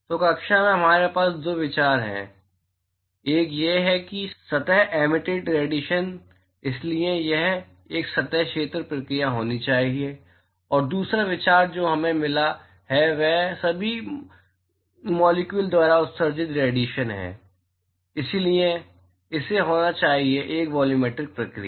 तो कक्षा में हमारे पास दो विचार हैं एक यह है कि सतह एमिटिड रेडिएशन इसलिए यह एक सतह क्षेत्र प्रक्रिया होनी चाहिए और दूसरा विचार जो हमें मिला है वह सभी मॉलिक्यूल द्वारा उत्सर्जित रेडिएशन है इसलिए इसे होना चाहिए एक वॉल्यूमेट्रिक प्रक्रिया